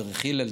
דרך הלל,